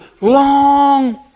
long